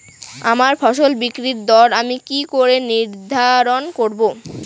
আমার ফসল বিক্রির দর আমি কি করে নির্ধারন করব?